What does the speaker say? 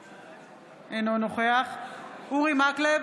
אינו נוכח אורי מקלב,